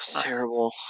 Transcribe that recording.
terrible